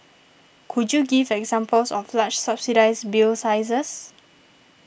could you give examples of large subsidised bill sizes